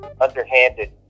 underhanded